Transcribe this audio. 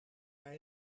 bij